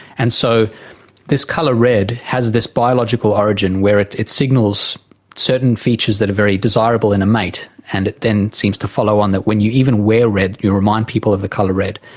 and so this colour red has this biological origin where it it signals certain features that are very desirable in a mate, and it then seems to follow on that when you even wear red you remind people of the colour red,